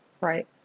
Right